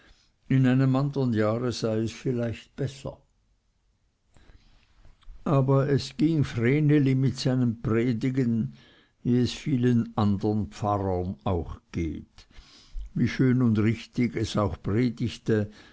in einem andern jahr sei es vielleicht besser aber es ging vreneli mit seinem predigen wie es vielen andern pfarrern auch geht wie schön und richtig es auch predigte